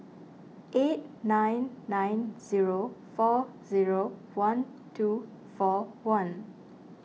eight nine nine zero four zero one two four one